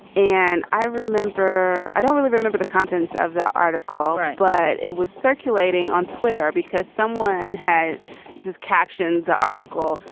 and i remember i don't really remember the contents of that article, but it was circulating on twitter because someone had his caption, the article,